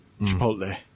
Chipotle